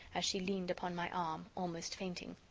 as she leaned upon my arm, almost fainting.